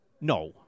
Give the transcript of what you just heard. no